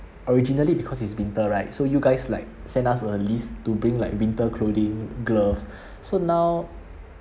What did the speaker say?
originally because it's winter right so you guys like send us a list to bring like winter clothing glove so now